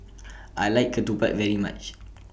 I like Ketupat very much